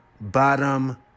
bottom